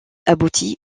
aboutit